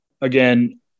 Again